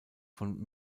von